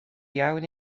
iawn